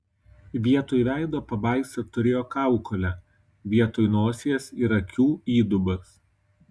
vietoj veido pabaisa turėjo kaukolę vietoj nosies ir akių įdubas